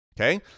okay